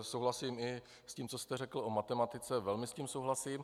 Souhlasím i s tím, co jste řekl o matematice, velmi s tím souhlasím.